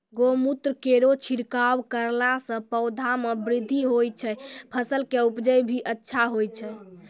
गौमूत्र केरो छिड़काव करला से पौधा मे बृद्धि होय छै फसल के उपजे भी अच्छा होय छै?